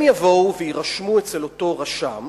הם יבואו ויירשמו אצל אותו רשם